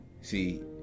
see